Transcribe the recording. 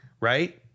right